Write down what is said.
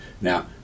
Now